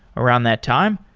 around that time,